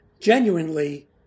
genuinely